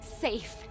safe